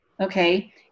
okay